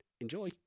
Enjoy